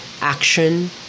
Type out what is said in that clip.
action